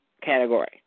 category